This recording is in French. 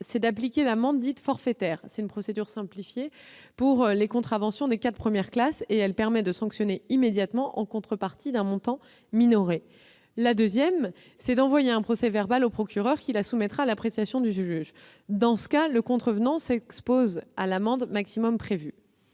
est d'appliquer l'amende dite « forfaitaire »: c'est une procédure simplifiée pour les contraventions des quatre premières classes ; elle permet de sanctionner immédiatement l'infraction, en contrepartie d'un montant minoré. La seconde est d'envoyer un procès-verbal au procureur, qui le soumettra à l'appréciation du juge : dans ce cas, le contrevenant s'expose à l'amende maximale prévue.